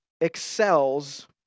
excels